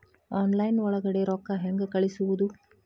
Online ಒಳಗಡೆ ರೊಕ್ಕ ಹೆಂಗ್ ಕಳುಹಿಸುವುದು?